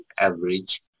average